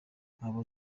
abo